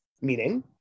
Meaning